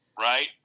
Right